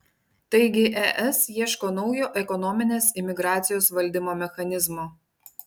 taigi es ieško naujo ekonominės imigracijos valdymo mechanizmo